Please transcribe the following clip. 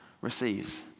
receives